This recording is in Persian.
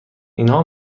اینها